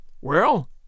Well